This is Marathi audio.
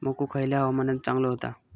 मको खयल्या हवामानात चांगलो होता?